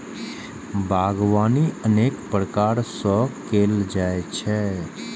बागवानी अनेक प्रकार सं कैल जाइ छै